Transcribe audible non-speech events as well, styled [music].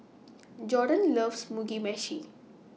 [noise] Jordon loves Mugi Meshi